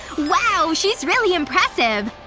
wow. she's really impressive